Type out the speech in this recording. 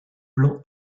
plan